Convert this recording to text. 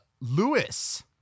Lewis